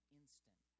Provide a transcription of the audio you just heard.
instant